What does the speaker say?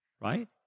right